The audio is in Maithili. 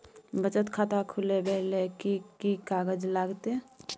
बचत खाता खुलैबै ले कि की कागज लागतै?